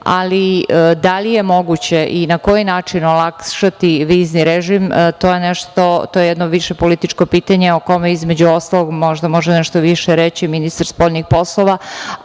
ali da li je moguće i na koji način olakšati vizni režim, to je jedno više političko pitanje o kome između ostalog možda može nešto više reći ministar spoljnih poslova.